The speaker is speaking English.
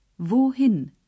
Wohin